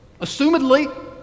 assumedly